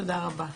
תודה רבה.